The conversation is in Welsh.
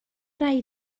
rai